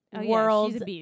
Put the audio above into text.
world